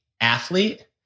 athlete